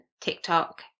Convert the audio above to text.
TikTok